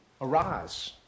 arise